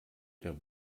der